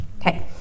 Okay